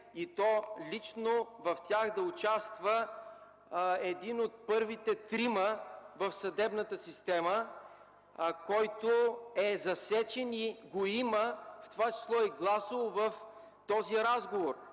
и лично в тях да участва един от първите трима в съдебната система, който е засечен и го има, в това число и гласово, в този разговор.